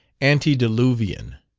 antediluvian.